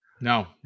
No